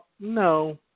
No